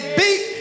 beat